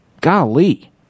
Golly